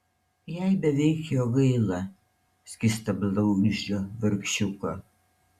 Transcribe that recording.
jai beveik jo gaila skystablauzdžio vargšiuko